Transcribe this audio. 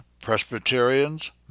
Presbyterians